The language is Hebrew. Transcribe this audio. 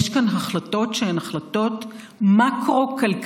יש כאן החלטות שהן החלטות מקרו-כלכליות,